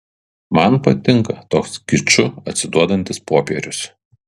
man patinka toks kiču atsiduodantis popierius